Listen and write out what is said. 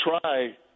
try